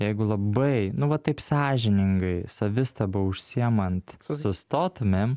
jeigu labai nu va taip sąžiningai savistaba užsiimant sustotumėm